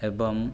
ଏବଂ